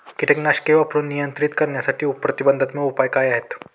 कीटकनाशके वापरून नियंत्रित करण्यासाठी प्रतिबंधात्मक उपाय काय आहेत?